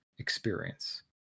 experience